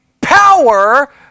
power